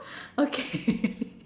okay